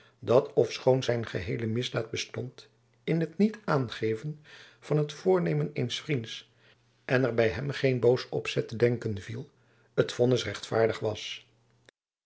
dat ofschoon zijn geheele misdaad bestond in het niet aangeven van het voornemen eens vriends en er by hem aan geen boos opzet te denken viel het vonnis rechtvaardig was